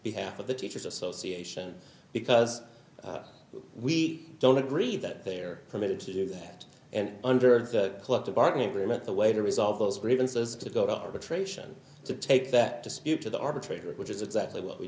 behalf of the teacher's association because we don't agree that they are permitted to do that and under the collective bargaining agreement the way to resolve those grievances to go to arbitration to take that dispute to the arbitrator which is exactly what we